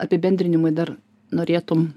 apibendrinimui dar norėtum